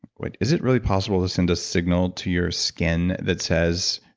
but is it really possible to send a signal to your skin that says,